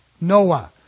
Noah